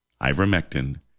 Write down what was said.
ivermectin